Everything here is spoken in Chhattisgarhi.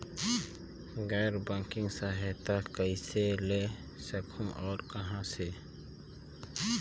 गैर बैंकिंग सहायता कइसे ले सकहुं और कहाँ से?